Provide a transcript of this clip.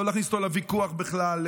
לא להכניס אותו לוויכוח בכלל.